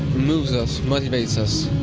moves us, motivates us,